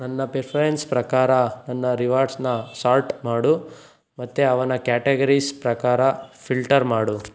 ನನ್ನ ಪಿಫ್ರೆನ್ಸ್ ಪ್ರಕಾರ ನನ್ನ ರಿವಾರ್ಡ್ಸ್ನ ಸಾರ್ಟ್ ಮಾಡು ಮತ್ತು ಅವನ ಕ್ಯಾಟಗರೀಸ್ ಪ್ರಕಾರ ಫಿಲ್ಟರ್ ಮಾಡು